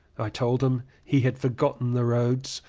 i told him he had forgotten the roads,